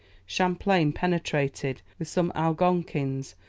champlain penetrated, with some algonquins,